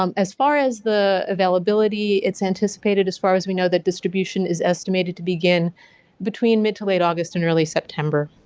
um as far as the availability, it's anticipated as far as we know that distribution is estimated to begin between mid to late august and early september.